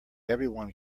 everyone